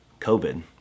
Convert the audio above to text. COVID